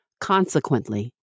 Consequently